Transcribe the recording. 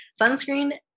Sunscreen